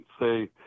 say